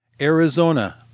Arizona